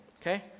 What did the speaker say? okay